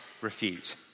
refute